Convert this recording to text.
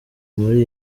muri